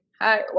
Hi